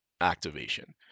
activation